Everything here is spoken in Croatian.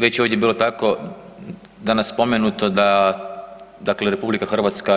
Već je ovdje bilo tako danas spomenuto da dakle RH